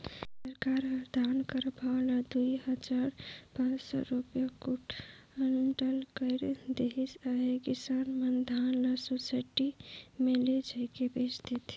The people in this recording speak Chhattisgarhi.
छत्तीसगढ़ सरकार ह धान कर भाव ल दुई हजार पाच सव रूपिया कुटल कइर देहिस अहे किसान मन धान ल सुसइटी मे लेइजके बेच देथे